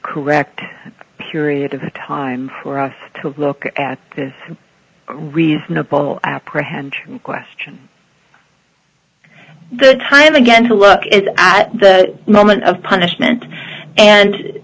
correct period of time for us to look at this reasonable apprehension question good time again to look in at that moment of punishment and